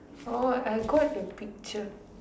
oh I got your picture